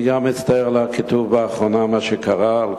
אני גם מצטער על הקיטוב שקרה באחרונה,